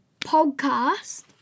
Podcast